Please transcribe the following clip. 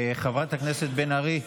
חברת הכנסת בן ארי.